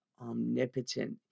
omnipotent